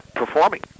performing